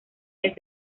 mes